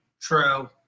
True